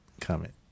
comment